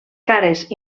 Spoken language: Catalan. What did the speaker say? cares